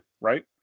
right